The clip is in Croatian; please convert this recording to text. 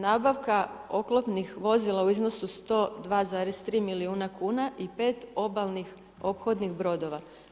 Nabavka oklopnih vozila u iznosu 102,3 milijuna kn i 5 obalnih, obodnih brodova.